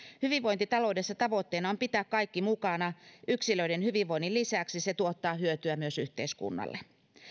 hyvinvointitaloudessa tavoitteena on pitää kaikki mukana yksilöiden hyvinvoinnin lisäksi se tuottaa hyötyä myös yhteiskunnalle